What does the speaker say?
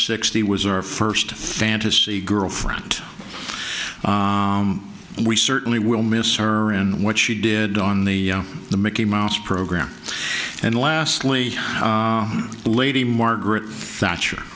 sixty was our first fantasy girlfriend and we certainly will miss her and what she did on the the mickey mouse program and lastly lady margaret thatcher